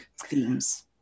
themes